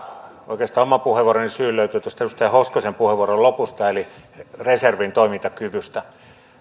oikeastaan oman puheenvuoroni syy löytyy tuosta edustaja hoskosen puheenvuoron lopusta eli reservin toimintakyvystä